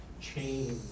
change